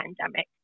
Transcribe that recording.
pandemic